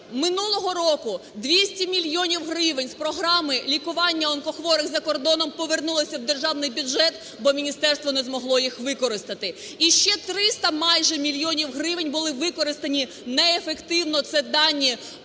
минулого року 200 мільйонів гривень з програми лікування онкохворих за кордоном повернулися в державний бюджет, бо міністерство не змогло їх використати. І ще 300 майже мільйонів гривень були використані неефективно. Це дані